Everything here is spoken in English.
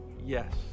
yes